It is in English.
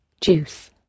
Juice